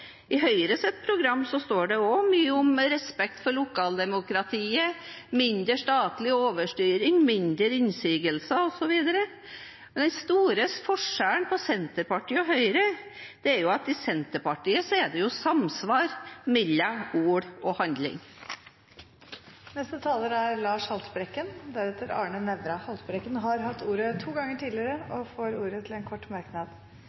I Høyres program står det også mye om respekt for lokaldemokratiet, mindre statlig overstyring, mindre innsigelser osv., men den store forskjellen på Senterpartiet og Høyre er at i Senterpartiet er det samsvar mellom ord og handling. Representanten Lars Haltbrekken har hatt ordet to ganger tidligere og får ordet til en kort merknad,